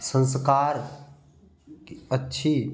संस्कार अच्छी